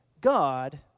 God